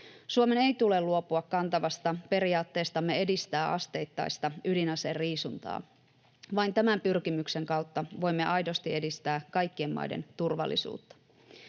Suomen ei tule luopua kantavasta periaatteestamme edistää asteittaista ydinaseriisuntaa. Vain tämän pyrkimyksen kautta voimme aidosti edistää kaikkien maiden turvallisuutta.